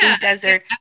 desert